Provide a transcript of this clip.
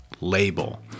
label